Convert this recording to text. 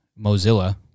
Mozilla